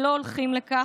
לא הולכים לזה.